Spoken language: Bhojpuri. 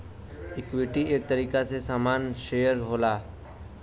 इक्वीटी एक तरीके के सामान शेअर होला